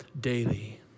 daily